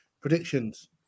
Predictions